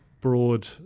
broad